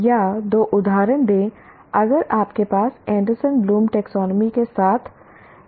या दो उदाहरण दें अगर आपके पास एंडरसन ब्लूम टैक्सोनॉमी के साथ विचरण पर हैं